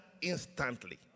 instantly